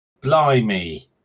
Blimey